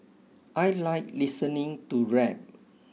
I like listening to rap